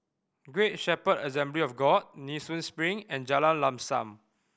Great Shepherd Assembly of God Nee Soon Spring and Jalan Lam Sam